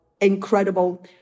incredible